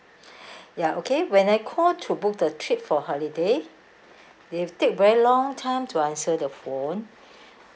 ya okay when I call to book the trip for holiday they take very long time to answer the phone